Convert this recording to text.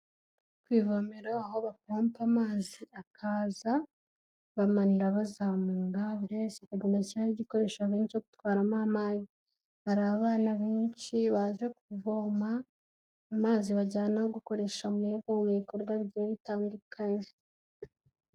Ku ivomero aho bapompa amazi akaza, bamanura bazamura, buri wese akagenda ashyiraho igikoresho yazanye cyo gutwaramo amazi, hari abana benshi baza kuvoma amazi bajyana gukoresha mu ibikorwa bigiye bitandukanye.